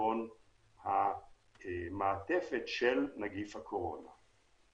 חלבון המעטפת של נגיף הקורונה.